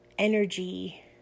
Energy